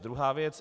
Druhá věc.